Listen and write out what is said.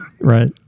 Right